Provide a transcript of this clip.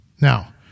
Now